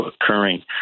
occurring